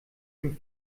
dem